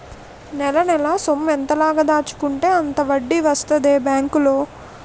నెలనెలా సొమ్మెంత లాగ దాచుకుంటే అంత వడ్డీ వస్తదే బేంకులో